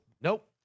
Nope